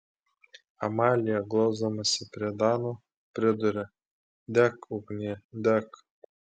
amalija glausdamasi prie dano priduria dek ugnie dek